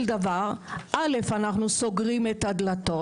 שלום לכולם, רק מספר הערות אישיות.